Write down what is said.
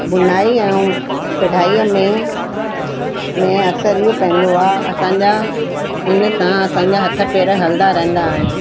बुनाई ऐं कढ़ाईअ में में असरु इहो पवंदो आहे असांजा हिन सां असांजा हथ पेर हलंदा रहंदा आहिनि